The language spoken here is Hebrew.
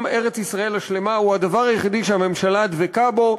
ארץ-ישראל השלמה הוא הדבר היחיד שהממשלה דבקה בו,